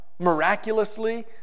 Miraculously